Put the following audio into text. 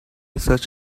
such